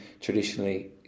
traditionally